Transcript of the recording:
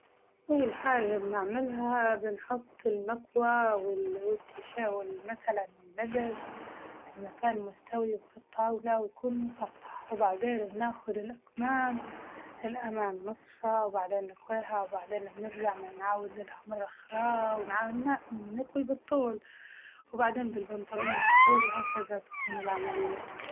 أول حاجة بنعملها بنحط المكوى وال- والتيش- وال- متلاً لبس في مكان مستوي في الطاولة ويكون مسطح وبعدين بناخد الأكمام للأمام نصفها وبعدين نكواها وبعدين بنرجع نعاودلها مرة أخرى ون- نكوي بالطول، وبعدين البنطلون بالطول وهكذا تكون العملية معايا.